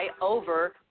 over